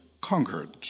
conquered